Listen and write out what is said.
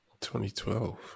2012